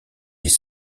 les